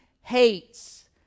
hates